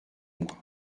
mois